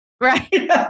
Right